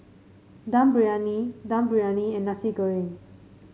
Dum Briyani Dum Briyani and Nasi Goreng